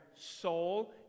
soul